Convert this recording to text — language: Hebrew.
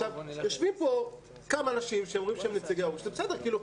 יושבים פה כמה אנשים שאומרים שהם נציגי ההורים שזה בסדר,